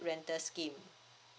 rental scheme